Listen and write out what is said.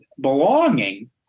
belonging